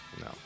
no